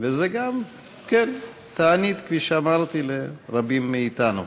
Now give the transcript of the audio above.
וזה גם, כן, תענית, כפי שאמרתי, לרבים מאתנו.